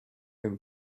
him